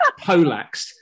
polaxed